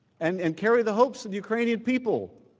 and and carry the hoax of ukrainian people.